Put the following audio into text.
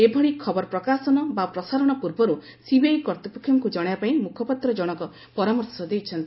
ଏଭଳି ଖବରର ପ୍ରକାଶନ ବା ପ୍ରସାରଣ ପୂର୍ବରୁ ସିବିଆଇ କର୍ତ୍ତୃପକ୍ଷଙ୍କୁ ଜଣାଇବା ପାଇଁ ମ୍ବଖପାତ୍ରଜଣକ ପରାମର୍ଶ ଦେଇଛନ୍ତି